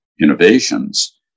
innovations